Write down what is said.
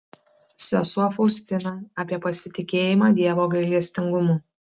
sesuo faustina apie pasitikėjimą dievo gailestingumu